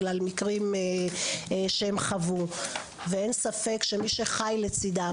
או בגלל מקרים שהם חוו ואין ספק שמי שחי לצידם,